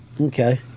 Okay